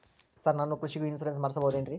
Sir ನಾನು ಕೃಷಿಗೂ insurance ಮಾಡಸಬಹುದೇನ್ರಿ?